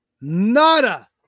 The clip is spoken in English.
Nada